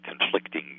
conflicting